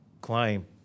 claim